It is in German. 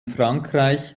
frankreich